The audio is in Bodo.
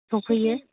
सफैयो